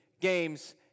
games